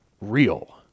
real